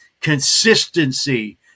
consistency